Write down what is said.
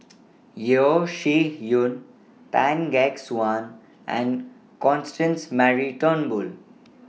Yeo Shih Yun Tan Gek Suan and Constance Mary Turnbull